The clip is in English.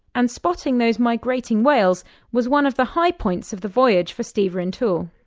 and spotting those migrating whales was one of the high points of the voyage for steve rintoul.